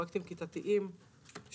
פרויקטים כיתתיים שמנגישים,